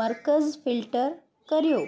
मर्कज़ फिल्टर कर्यो